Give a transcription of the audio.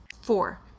four